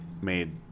made